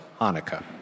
Hanukkah